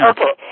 Okay